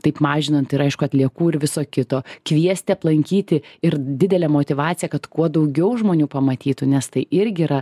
taip mažinant ir aišku atliekų ir viso kito kviesti aplankyti ir didelė motyvacija kad kuo daugiau žmonių pamatytų nes tai irgi yra